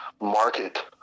market